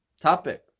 topic